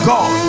God